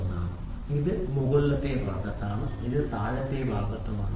1 ആണ് ഇത് മുകളിലത്തെ ഭാഗത്താണ് ഇത് താഴത്തെ ഭാഗത്താണ്